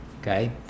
Okay